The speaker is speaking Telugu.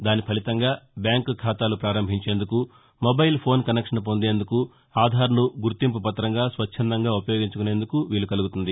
దాని ఫలితంగా బ్యాంకు ఖాతాలు పారంభించేందుకు మొబైల్ ఫోన్ కనెక్షన్ పొందేందుకు ఆధార్ను గుర్తింపు పత్రంగా స్వచ్చందంగా ఉపయోగించుకునేందుకు వీలు కలుగుతుంది